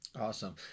Awesome